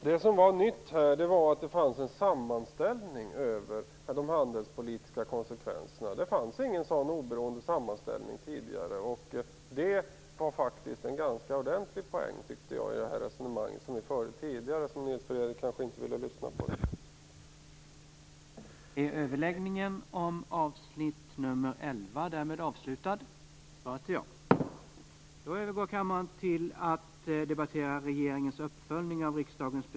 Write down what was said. Herr talman! Det som var nytt var att det fanns en sammanställning över de handelspolitiska konsekvenserna. Det hade inte gjorts någon sådan oberoende sammanställning tidigare. Det var faktiskt en ordentlig poäng i det resonemang som vi förde tidigare, men som Nils Fredrik Aurelius kanske inte ville lyssna till.